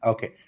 Okay